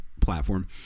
platform